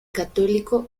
católico